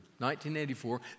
1984